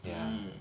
mm